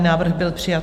Návrh byl přijat.